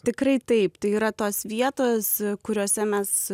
tikrai taip tai yra tos vietos kuriose mes